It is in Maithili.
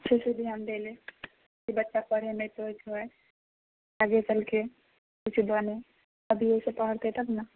अच्छासँ ध्यान दै लेल जे कि बच्चा पढ़यमे तेज हुए अच्छासँ पढ़य आगे चलिके कुछ बनय अभिएसँ पढ़तै तब ने